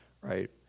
right